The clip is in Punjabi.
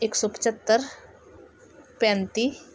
ਇੱਕ ਸੌ ਪਝੱਤਰ ਪੈਂਤੀ